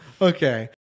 Okay